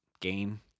game